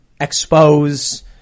expose